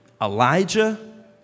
Elijah